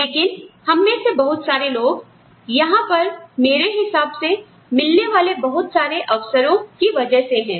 लेकिन हम में से बहुत सारे लोग यहां पर मेरे हिसाब से मिलने वाले बहुत सारे अवसरों की वजह से है